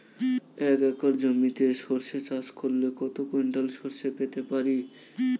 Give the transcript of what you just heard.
এক একর জমিতে সর্ষে চাষ করলে কত কুইন্টাল সরষে পেতে পারি?